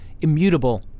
immutable